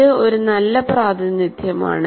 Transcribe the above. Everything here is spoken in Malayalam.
ഇത് ഒരു നല്ല പ്രാതിനിധ്യമാണ്